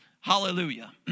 Hallelujah